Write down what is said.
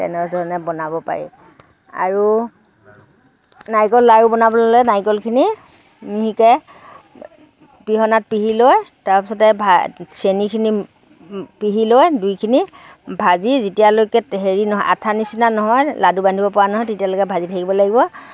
তেনেধৰণে বনাব পাৰি আৰু নাৰিকল লাডু বনাবলৈ হ'লে নাৰিকলখিনি মিহিকৈ পিহনাত পিহি লৈ তাৰপিছতে ভা চেনিখিনি পিহিলৈ দুইখিনি ভাজি যেতিয়ালৈকে হেৰি নহয় আঠা নিচিনা নহয় লাডু বান্ধিব পৰা নহয় তেতিয়ালৈকে ভাজি থাকিব লাগিব